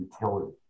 utility